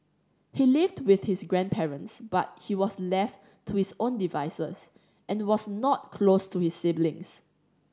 he lived with his grandparents but he was left to his own devices and was not close to his siblings